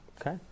Okay